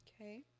okay